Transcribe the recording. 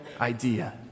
idea